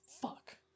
Fuck